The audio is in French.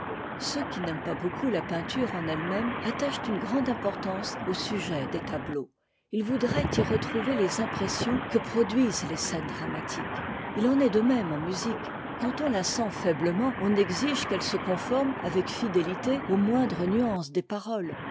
ceux qui n'aiment pas beaucoup la peinture en ette même attachent une grande importance aux sujets des tableaux ils voudraient y retrouver les impressions que produisent les scènes dramatiques it en est de même en musique quand on la sent faiblement on exige qu'elle se conforme avec fidélité aux moindres nuances des paroles